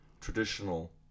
traditional